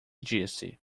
disse